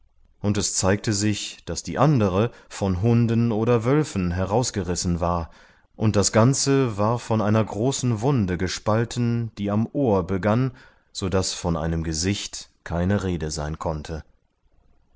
und es zeigte sich daß die andere von hunden oder wölfen herausgerissen war und das ganze war von einer großen wunde gespalten die am ohr begann so daß von einem gesicht keine rede sein konnte